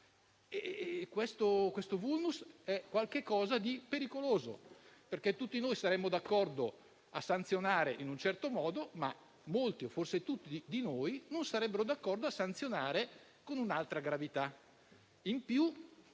Questo *vulnus* è pericoloso, perché tutti saremmo d'accordo a sanzionare in un certo modo, ma molti di noi - forse tutti - non sarebbero d'accordo a sanzionare con un'altra gravità.